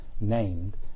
named